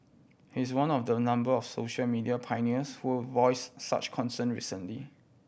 he is one of the number of social media pioneers who will voice such concern recently